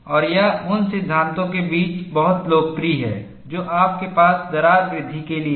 और यह उन सिद्धांतों के बीच बहुत लोकप्रिय है जो आपके पास दरार वृद्धि के लिए हैं